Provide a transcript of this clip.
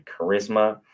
charisma